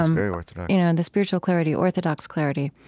um very orthodox you know and the spiritual clarity, orthodox clarity,